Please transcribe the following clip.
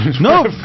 No